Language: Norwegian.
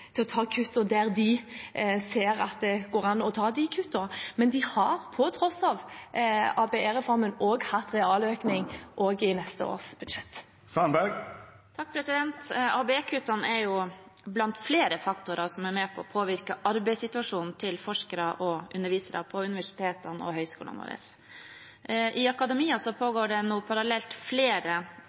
til å ta kuttene der de ser at det går an å ta de kuttene, men de har på tross av ABE-reformen også hatt realøkning også i neste års budsjett. ABE-kuttene er blant flere faktorer som er med på å påvirke arbeidssituasjonen til forskere og undervisere på universitetene og høyskolene våre. I akademia pågår det nå parallelt flere